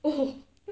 oh